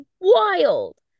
Wild